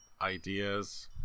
ideas